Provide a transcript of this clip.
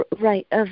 right